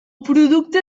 producte